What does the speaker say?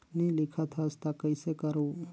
नी लिखत हस ता कइसे करू?